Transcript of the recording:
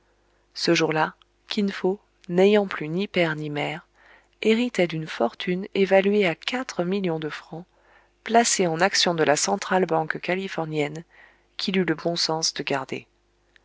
ce jour-là kin fo n'ayant plus ni père ni mère héritait d'une fortune évaluée à quatre millions de francs placée en actions de la centrale banque californienne qu'il eut le bon sens de garder